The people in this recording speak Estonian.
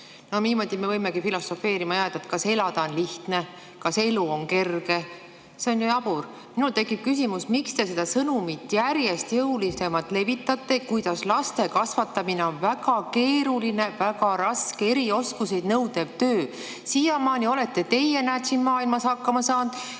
Niimoodi me võimegi filosofeerima jääda: kas elada on lihtne, kas elu on kerge. See on ju jabur. Minul tekib küsimus, miks te seda sõnumit järjest jõulisemalt levitate, et laste kasvatamine on väga keeruline, väga raske, erioskusi nõudev töö. Siiamaani olete teie, näed, siin maailmas hakkama saanud,